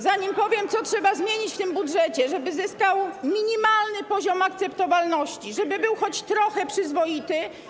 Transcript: Zanim powiem, co trzeba zmienić w tym budżecie, żeby zyskał minimalny poziom akceptowalności, żeby był choć trochę przyzwoity.